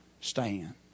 stand